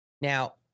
Now